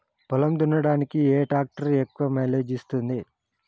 పొలం దున్నడానికి ఏ ట్రాక్టర్ ఎక్కువ మైలేజ్ ఇస్తుంది?